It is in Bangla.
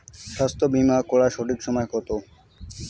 স্বাস্থ্য বীমা করার সঠিক বয়স কত?